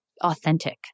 authentic